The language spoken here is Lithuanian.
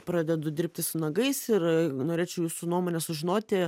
pradedu dirbti su nagais ir norėčiau jūsų nuomonę sužinoti